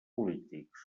polítics